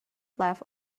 left